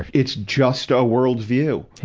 it's just a world view.